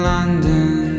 London